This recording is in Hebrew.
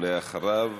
ולאחריו,